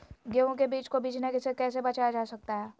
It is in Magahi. गेंहू के बीज को बिझने से कैसे बचाया जा सकता है?